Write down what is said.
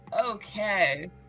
Okay